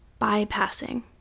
bypassing